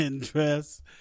dress